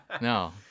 No